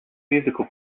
musical